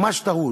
ממש טרוד.